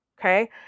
Okay